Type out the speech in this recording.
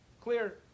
clear